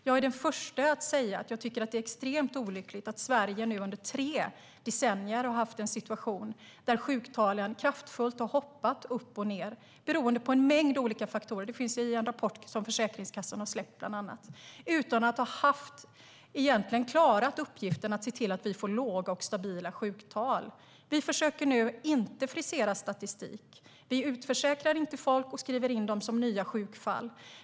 Jag är den första att säga att det är extremt olyckligt att Sverige nu under tre decennier har haft en situation där sjuktalen kraftfullt har hoppat upp och ned beroende på en mängd olika faktorer. Det finns bland annat i en rapport som Försäkringskassan har släppt. Vi har egentligen inte klarat uppgiften att se till att få låga och stabila sjuktal. Vi försöker inte frisera statistik. Vi utförsäkrar inte folk och skriver in dem som nya sjukfall.